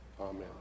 Amen